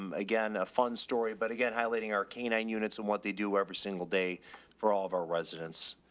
um again, a fun story, but again, highlighting our canine units and what they do every single day for all of our residents.